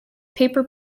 paper